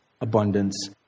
abundance